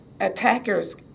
Attackers